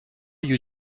you